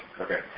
Okay